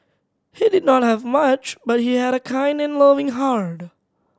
he did not have much but he had a kind and loving heart